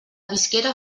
visquera